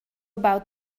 about